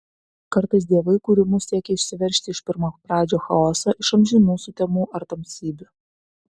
kartais dievai kūrimu siekia išsiveržti iš pirmapradžio chaoso iš amžinų sutemų ar tamsybių